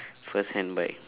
first hand bike